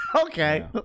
Okay